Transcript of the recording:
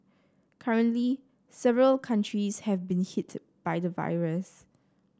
currently several countries have been hit by the virus